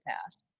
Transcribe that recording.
past